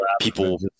people